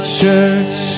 church